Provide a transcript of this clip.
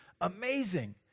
Amazing